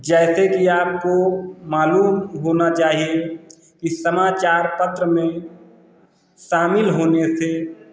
जैसे कि आपको मालूम होना चाहिए इस समाचार पत्र में शामिल होने से